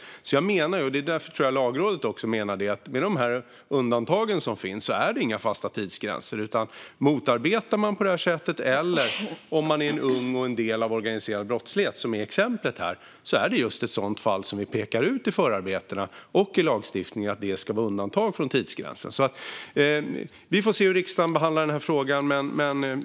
Jag menar, och jag tror att också Lagrådet menar, att med de undantag som finns är det inga fasta tidsgränser. Om man motarbetar på det sättet eller om man är ung och en del av organiserad brottslighet, som i exemplet, är det just ett sådant fall som vi pekar ut i förarbetena och i lagstiftningen och där det ska göras undantag från tidsgränsen. Vi får se hur riksdagen behandlar denna fråga.